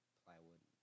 plywood